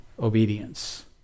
obedience